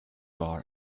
bar